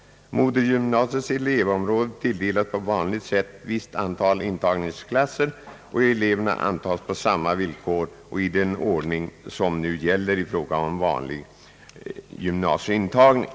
Modergymnasiets elevområde tilldelas på vanligt sätt visst antal intagningsplatser och eleverna antas på samma sätt och i den ordning som nu gäller i fråga om vanlig gymnasieintagning.